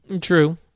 True